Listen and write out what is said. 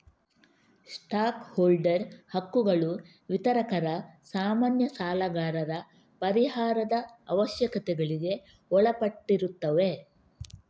stock holder ಹಕ್ಕುಗಳು ವಿತರಕರ, ಸಾಮಾನ್ಯ ಸಾಲಗಾರರ ಪರಿಹಾರದ ಅವಶ್ಯಕತೆಗಳಿಗೆ ಒಳಪಟ್ಟಿರುತ್ತವೆ